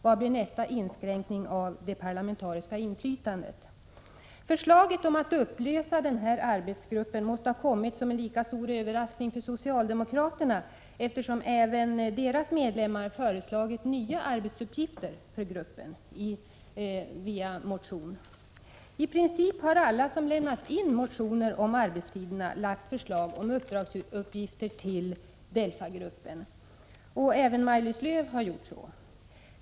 Vad blir nästa inskränkning av det parlamentariska inflytandet? Förslaget om att upplösa den här arbetsgruppen måste ha kommit som en lika stor överraskning för socialdemokraterna, eftersom även deras ledamöter föreslagit nya arbetsuppgifter för gruppen via motion. I princip har alla som lämnat in motioner om arbetstiderna lagt fram förslag om uppdragsuppgifter till DELFA-gruppen; även Maj-Lis Lööw har gjort så.